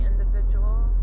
individual